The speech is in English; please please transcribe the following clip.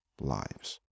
lives